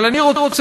אבל אני רוצה,